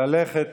ללכת